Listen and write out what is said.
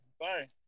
Bye